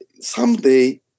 someday